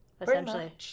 essentially